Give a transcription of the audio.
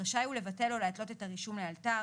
רשאי הוא לבטל או להתלות את הרישום לאלתר,